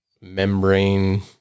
membrane